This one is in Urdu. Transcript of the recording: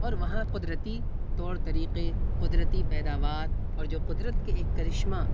اور وہاں قدرتی طور طریقے قدرتی پیداوار اور جو قدرت کے ایک کرشمہ